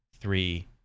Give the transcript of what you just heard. three